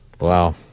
Wow